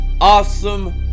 awesome